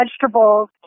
vegetables